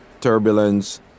turbulence